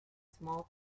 small